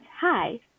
hi